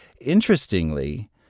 Interestingly